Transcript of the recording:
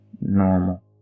normal